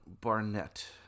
barnett